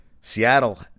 Seattle